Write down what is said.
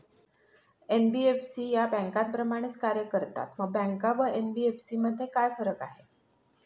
NBFC या बँकांप्रमाणेच कार्य करतात, मग बँका व एन.बी.एफ.सी मध्ये काय फरक आहे?